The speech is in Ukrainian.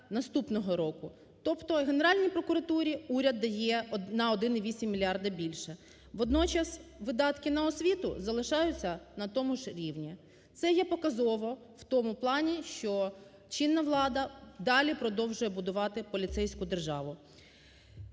тобто Генеральній прокуратурі уряд дає на 1,8 мільярда більше. Водночас видатки на освіту залишаються на тому ж рівні, це є показово в тому плані, що чинна влада далі продовжує будувати поліцейську державу.